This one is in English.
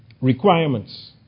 requirements